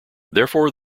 therefore